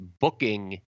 booking